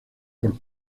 por